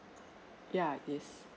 yeah it is